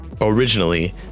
Originally